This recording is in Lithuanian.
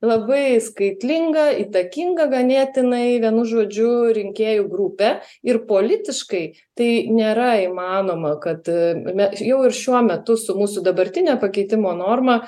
labai skaitlinga įtakinga ganėtinai vienu žodžiu rinkėjų grupė ir politiškai tai nėra įmanoma kad me jau ir šiuo metu su mūsų dabartine pakeitimo norma